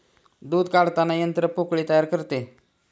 दूध काढताना यंत्र पोकळी तयार करते